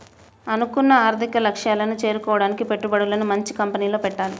అనుకున్న ఆర్థిక లక్ష్యాలను చేరుకోడానికి పెట్టుబడులను మంచి కంపెనీల్లో పెట్టాలి